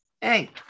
Hey